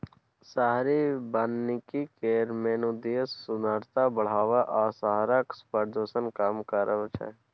शहरी बनिकी केर मेन उद्देश्य सुंदरता बढ़ाएब आ शहरक प्रदुषण कम करब छै